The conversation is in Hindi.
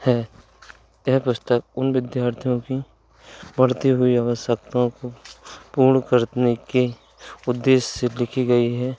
है यह पुस्तक उन विद्यार्थियों की बढ़ती हुई अवश्यकताओं को पूर्ण करने के उद्देश्य से लिखी गई है